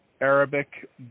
arabic